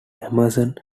amazon